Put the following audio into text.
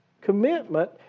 commitment